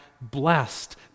blessed